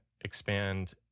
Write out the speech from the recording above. expand